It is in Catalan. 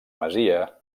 masia